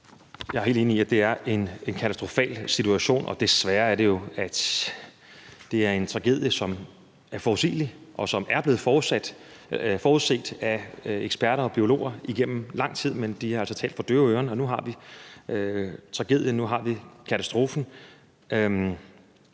Jeg er helt enig i, at det er en katastrofal situation. Det er jo desværre en tragedie, som har været forudsigelig, og som er blevet forudset af eksperter og biologer igennem lang tid, men de har altså talt for døve øren, og nu har vi tragedien, og nu har vi katastrofen.